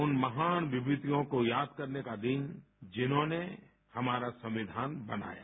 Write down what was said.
उन महान विभूतियों को याद करने का दिन जिन्होंने हमारा संविधान बनाया